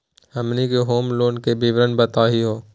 हमनी के home loan के विवरण बताही हो?